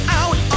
out